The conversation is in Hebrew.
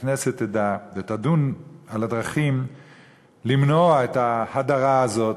והכנסת תדע, ותדון בדרכים למנוע את ההדרה הזאת,